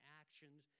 actions